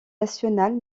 nationale